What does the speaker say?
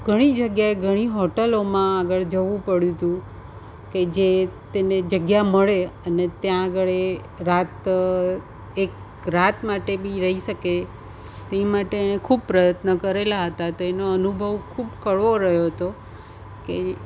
ઘણી જગ્યાએ ઘણી હોટલોમાં આગળ જવું પડ્યું હતું કે જે તેને જગ્યા મળે અને ત્યાં આગળ એ રાત એક રાત માટે બી રહી શકે તે માટે એણે ખૂબ પ્રયત્ન કરેલા હતા તો એનો અનુભવ ખૂબ કડવો રહ્યો હતો કે